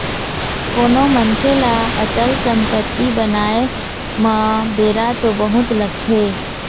कोनो मनखे ल अचल संपत्ति बनाय म बेरा तो बहुत लगथे